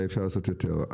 היה אפשר לעשות יותר.